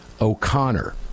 O'Connor